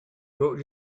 brought